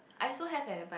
I also have eh but